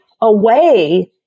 away